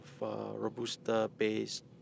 Robusta-based